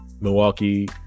Milwaukee